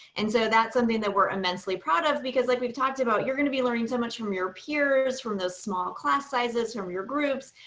and so that's something that we're immensely proud of because like we've talked about, you're gonna be learning so much from your peers, from those small class sizes, from your groups,